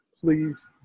please